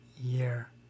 year